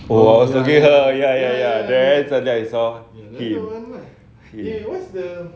oh I was talking her ya ya ya then suddenly I saw him him